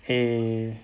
eh